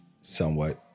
somewhat